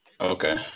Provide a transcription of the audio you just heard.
Okay